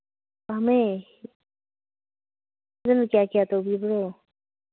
ꯄꯥꯝꯃꯦ ꯑꯗꯨꯅ ꯀꯌꯥ ꯀꯌꯥ ꯇꯧꯕꯤꯕ꯭ꯔꯣ